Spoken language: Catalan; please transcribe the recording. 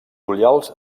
ullals